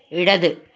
ഇടത്